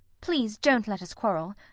please don't let us quarrel.